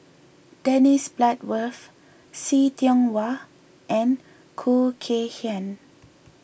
Dennis Bloodworth See Tiong Wah and Khoo Kay Hian